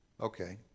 Okay